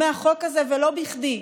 מהחוק הזה, ולא בכדי.